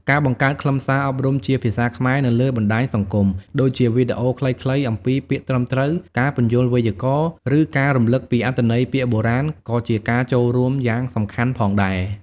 ការបង្កើតខ្លឹមសារអប់រំជាភាសាខ្មែរនៅលើបណ្តាញសង្គម ដូចជាវីដេអូខ្លីៗអំពីពាក្យត្រឹមត្រូវ ការពន្យល់វេយ្យាករណ៍ ឬការរំលឹកពីអត្ថន័យពាក្យបុរាណ ក៏ជាការចូលរួមយ៉ាងសំខាន់ផងដែរ។